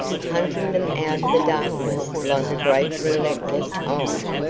hunting them out of the darkness like a great relentless eye.